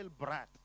brat